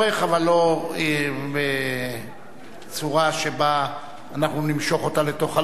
אבל בצורה שבה אנחנו נמשוך אותה לתוך הלילה.